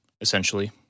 essentially